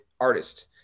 artist